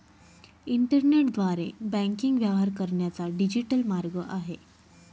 इंटरनेटद्वारे बँकिंग व्यवहार करण्याचा डिजिटल मार्ग आहे